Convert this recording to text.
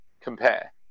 compare